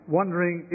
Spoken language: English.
wondering